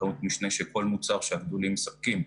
בכמות משנה של כל מוצר שהגדולים מספקים,